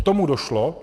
K tomu došlo.